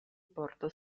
porto